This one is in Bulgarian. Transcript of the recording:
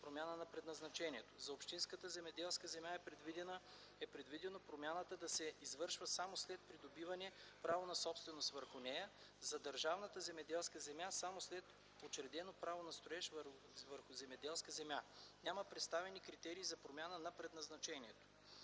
промяна на предназначението. - За общинската земеделска земя е предвидено промяната да се извършва само след придобиване право на собственост върху нея. - За държавната земеделска земя - само след учредено право на строеж върху земеделска земя. Няма представени критерии за промяна на предназначението.